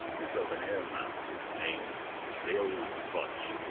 is of an airman named l'il butch,